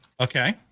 Okay